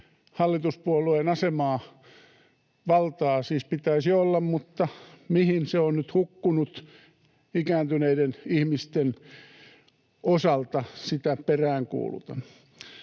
hallituspuolueen asemaa. Valtaa siis pitäisi olla, mutta mihin se on nyt hukkunut ikääntyneiden ihmisten osalta? Sitä peräänkuulutan.